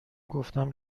گفتم